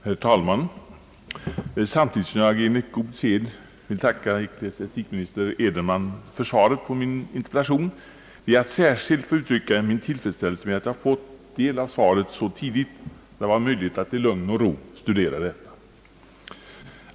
Herr talman! Samtidigt som jag enligt god sed tackar ecklesiastikminister Edenman för svaret på min interpellation ber jag att särskilt få uttrycka min tillfredsställelse med att jag fått del av svaret så tidigt att det varit möjligt att i lugn och ro studera det.